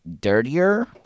dirtier